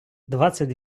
двадцять